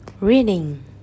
reading